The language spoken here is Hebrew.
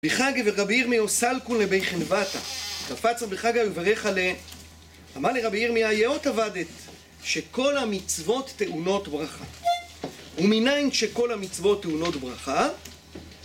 רבי חג ורבי עיר מיהו סלקו לבי חנבטא קפץ רבי חג וברך עלי אמר לרבי ירמיה יאות עבדת שכל המצוות טעונות ברכה ומנין שכל המצוות טעונות ברכה